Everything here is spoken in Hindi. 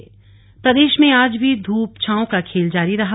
मौसम प्रदेश में आज भी धूप छांव का खेल जारी रहा